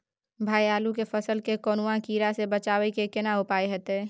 भाई आलू के फसल के कौनुआ कीरा से बचाबै के केना उपाय हैयत?